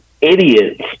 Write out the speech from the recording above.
idiots